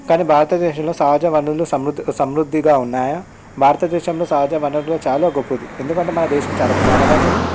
కానీ భారతదేశంలో సహజ వనరులు సమృద్ధి సమృద్ధిగా ఉన్నాయా భారత దేశంలో సహజ వనరులు చాలా గొప్పది ఎందుకంటే మన దేశం చాలా విశాలమైనది